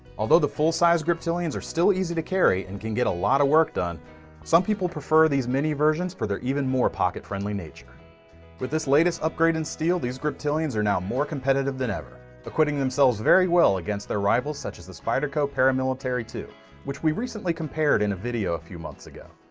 although the full sized griptilians are still easy to carry and can get a lot of work done some people prefer these mini versions for their even more pocket-friendly nature with this latest upgrade and steel these griptilians are now more competitive than ever equating themselves very well against their rivals such as the spyderco paramilitary two which we recently compared in a video a few months ago.